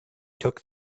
took